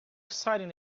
exciting